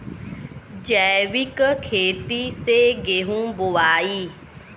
जैविक खेती से गेहूँ बोवाई